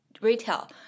retail